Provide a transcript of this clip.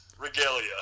regalia